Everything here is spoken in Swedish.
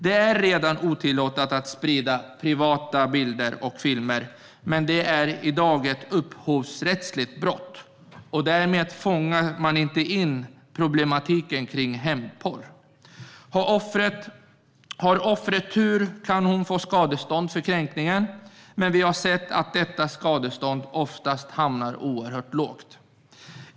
Det är redan otillåtet att sprida privata bilder och filmer, men det är i dag ett upphovsrättsligt brott. Därmed fångar man inte in problematiken kring hämndporr. Om offret har tur kan hon få skadestånd för kränkningen. Men vi har sett att detta skadestånd oftast blir oerhört lågt.